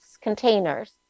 containers